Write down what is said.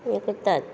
हें करतात